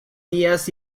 días